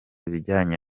ibijyanye